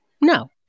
No